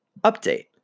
update